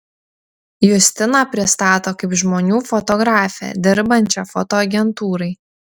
justiną pristato kaip žmonių fotografę dirbančią fotoagentūrai